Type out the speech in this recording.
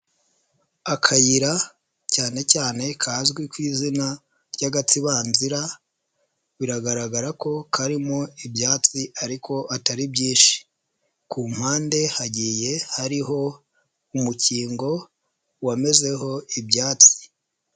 Akayira cyane cyane kazwi ku izina ry'agatsibanzira biragaragara ko karimo ibyatsi ariko atari byinshi, ku mpande hagiye hariho umukingo wamezeho ibyatsi.